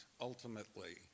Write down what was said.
ultimately